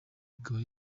ikaba